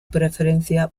preferencia